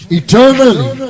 eternally